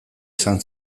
esan